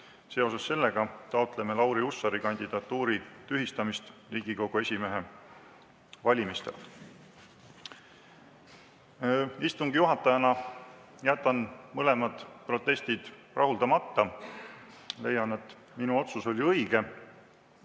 Seoses sellega taotleme Lauri Hussari kandidatuuri tühistamist Riigikogu esimehe valimistel." Istungi juhatajana jätan mõlemad protestid rahuldamata. Leian, et minu otsus oli õige.